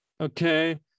okay